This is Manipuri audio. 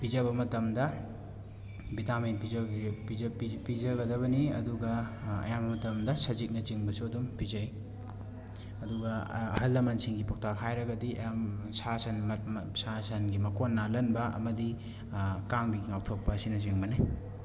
ꯄꯤꯖꯕ ꯃꯇꯝꯗ ꯚꯤꯇꯥꯃꯤꯟ ꯄꯤꯖ ꯄꯤꯖꯕꯤꯒꯗꯕꯅꯤ ꯑꯗꯨꯒ ꯑꯌꯥꯝꯕ ꯃꯇꯝꯗ ꯁꯖꯤꯛꯅꯆꯤꯡꯕꯁꯨ ꯑꯗꯨꯝ ꯄꯤꯖꯩ ꯑꯗꯨꯒ ꯑꯍꯜ ꯂꯃꯟꯁꯤꯡꯒꯤ ꯄꯥꯎꯇꯥꯛ ꯍꯥꯏꯔꯒꯗꯤ ꯁꯥ ꯁꯟ ꯁꯥ ꯁꯟꯒꯤ ꯃꯀꯣꯟ ꯅꯥꯜꯍꯟꯕ ꯑꯃꯗꯤ ꯀꯥꯡꯗꯒꯤ ꯉꯥꯛꯊꯣꯛꯄ ꯑꯁꯤꯅꯆꯤꯡꯕꯅꯤ